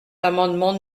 l’amendement